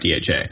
DHA